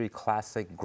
classic